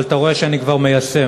אבל אתה רואה שאני כבר מיישם,